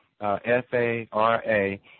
F-A-R-A